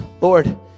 Lord